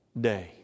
day